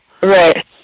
right